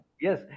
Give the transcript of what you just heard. Yes